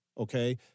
Okay